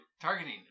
Targeting